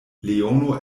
leono